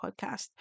podcast